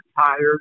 tired